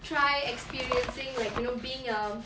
try experiencing like you know being a